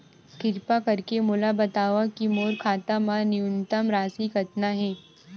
किरपा करके मोला बतावव कि मोर खाता मा न्यूनतम राशि कतना हे